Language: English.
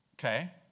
Okay